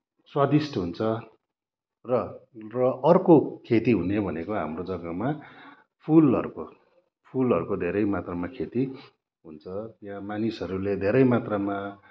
स्वादिष्ट हुन्छ र हाम्रो अर्को खोती हुने भनेको हाम्रो जग्गामा फुलहरूको फुलहरूको धेरै मात्रामा खेती हुन्छ त्यहाँ मानिसहरूले धेरैमात्रामा